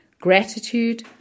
gratitude